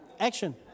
Action